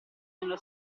nello